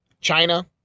China